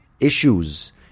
issues